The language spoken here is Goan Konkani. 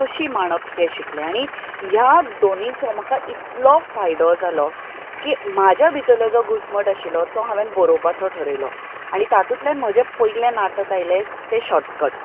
कशीं मांडप हें शिकलें आनी ह्या दोनींचो म्हाका इतलो फायदो जालो की म्हज्या भितरलो जो घुस्मट आशिल्लो तो हांवें बरोवपाचो थरयलो आनी तातुंतल्यान म्हजें पयलें नाटक आयलें तें शोर्टकट